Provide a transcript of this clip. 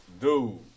Dude